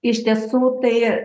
iš tiesų tai